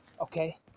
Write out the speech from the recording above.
okay